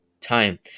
time